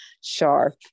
sharp